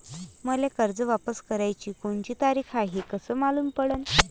मले कर्ज वापस कराची कोनची तारीख हाय हे कस मालूम पडनं?